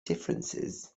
differences